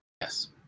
Yes